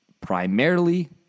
Primarily